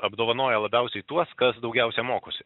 apdovanoja labiausiai tuos kas daugiausia mokosi